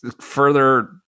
further